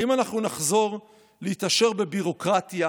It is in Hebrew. האם אנחנו נחזור להתעשר בביורוקרטיה,